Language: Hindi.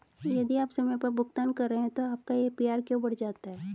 यदि आप समय पर भुगतान कर रहे हैं तो आपका ए.पी.आर क्यों बढ़ जाता है?